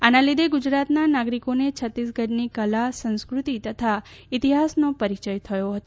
આના લીધે ગુજરાતના નાગરિકોને છત્તીસગઢની કલા સંસ્કૃતિ તથા ઇતિહાસનો પરિયય થયો હતો